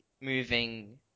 moving